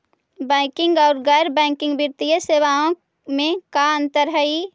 Banking और गैर banking वित्तीय सेवाओं में का अंतर हइ?